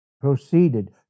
proceeded